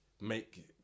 make